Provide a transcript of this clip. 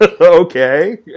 Okay